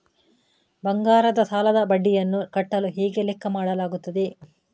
ಬಂಗಾರದ ಸಾಲದ ಬಡ್ಡಿಯನ್ನು ಕಟ್ಟಲು ಹೇಗೆ ಲೆಕ್ಕ ಮಾಡಲಾಗುತ್ತದೆ?